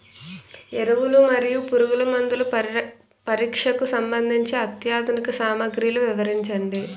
ఎరువులు మరియు పురుగుమందుల పరీక్షకు సంబంధించి అత్యాధునిక సామగ్రిలు వివరించండి?